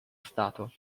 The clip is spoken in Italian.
stato